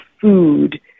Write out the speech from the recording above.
food